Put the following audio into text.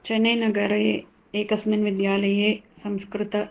चन्नैनगरे एकस्मिन् विद्यालये संस्कृत